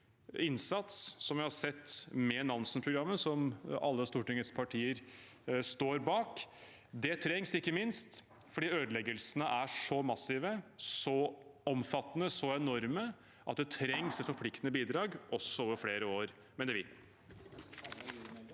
flerårig innsats som vi har sett med Nansen-programmet, som alle Stortingets partier står bak. Ikke minst fordi ødeleggelsene er så massive, så omfattende og så enorme, mener vi at det trengs forpliktende bidrag også over flere år. Guri